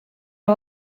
are